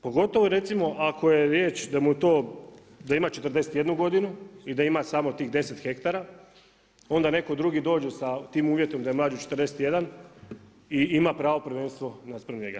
Pogotovo recimo ako je riječ da mu je to, da ima 41 godinu i da ima samo tih 10 hektara, onda netko drugi kaže sa tim uvjetom da je mlađi od 41 i ima pravo prvenstva naspram njega.